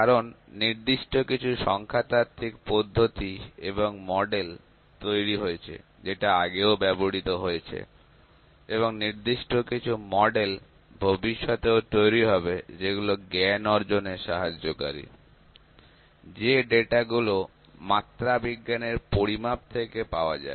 কারণ নির্দিষ্ট কিছু সংখ্যাতাত্ত্বিক পদ্ধতি এবং মডেল তৈরি হয়েছে যেটা আগেও ব্যবহৃত হয়েছে এবং নির্দিষ্ট কিছু মডেল ভবিষ্যতেও তৈরি হবে যেগুলো জ্ঞান অর্জনে সাহায্যকারী যে ডেটাগুলো মাত্রা বিজ্ঞানের পরিমাপ থেকে পাওয়া যায়